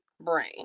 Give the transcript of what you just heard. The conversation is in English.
brain